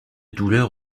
douleur